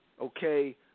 okay